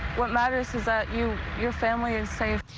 what matter is is ah your your family is